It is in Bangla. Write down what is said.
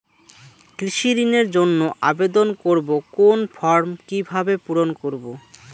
কৃষি ঋণের জন্য আবেদন করব কোন ফর্ম কিভাবে পূরণ করব?